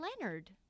Leonard